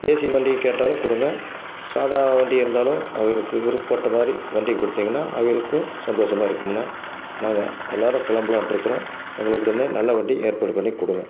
AC வண்டி கேட்டாலும் கொடுங்க சாதா வண்டி இருந்தாலும் அவிங்களுக்கு விருப்பப்பட்ட மாதிரி வண்டியை கொடுத்தீங்கன்னா அவிங்களுக்கும் சந்தோஷமாக இருக்கும்ண்ணா நாங்கள் எல்லாரும் கிளம்பலான்ட்டு இருக்கிறோம் எங்களுக்கு உடனே நல்ல வண்டி ஏற்பாடு பண்ணிக்குடுங்க